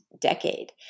decade